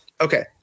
Okay